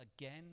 again